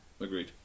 agreed